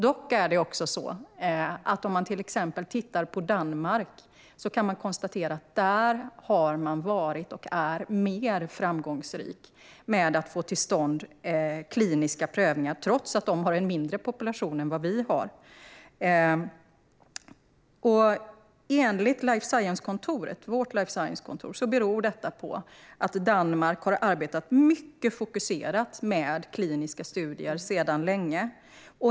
Men vi kan konstatera att man i till exempel Danmark har varit mer framgångsrik när det gäller att få till stånd kliniska prövningar, trots att man har än mindre population än vi har. Enligt vårt life science-kontor beror detta på att man i Danmark har arbetat mycket fokuserat med kliniska studier sedan länge.